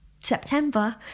September